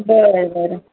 बरं बरं